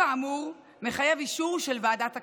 כאמור, פטור מחייב אישור של ועדת הכספים.